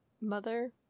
mother